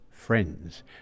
Friends